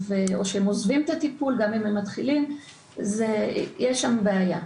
גם אם הם מתחילים את הטיפול יש עזיבה, יש שם בעיה.